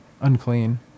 unclean